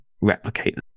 replicate